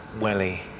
welly